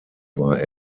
war